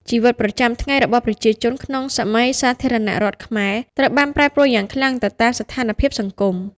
ជីវិតប្រចាំថ្ងៃរបស់ប្រជាជនក្នុងសម័យសាធារណរដ្ឋខ្មែរត្រូវបានប្រែប្រួលយ៉ាងខ្លាំងទៅតាមស្ថានភាពសង្គម។